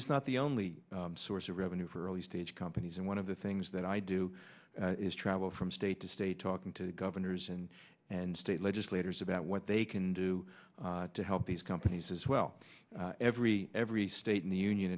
is not the only source of revenue for early stage companies and one of the things that i do is travel from state to state talking to governors and and state legislators about what they can do to help these companies as well every every state in the union